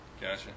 Gotcha